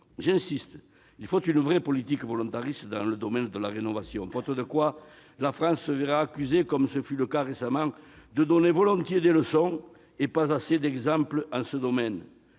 J'y insiste, il faut une vraie politique, volontariste, dans le domaine de la rénovation, faute de quoi la France se verra accusée, comme ce fut le cas récemment, de donner volontiers des leçons, mais pas assez d'exemples. Face à des